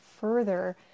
further